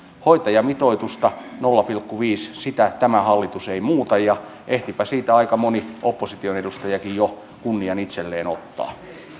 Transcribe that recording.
hoitajamitoitusta nolla pilkku viisi tämä hallitus ei muuta ja ehtipä siitä aika moni opposition edustajakin jo kunnian itselleen ottaa